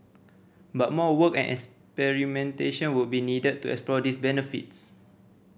but more work and experimentation would be needed to explore these benefits